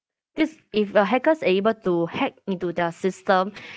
this if the hackers able to hack into the system